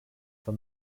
for